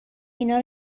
اینا